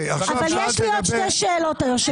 אבל יש לי עוד שתי שאלות, היושב ראש.